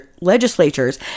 legislatures